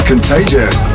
Contagious